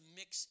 mix